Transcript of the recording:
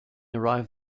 arrive